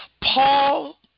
Paul